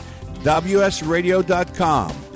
WSRadio.com